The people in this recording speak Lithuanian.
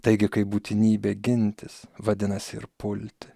taigi kaip būtinybė gintis vadinasi ir pulti